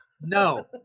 No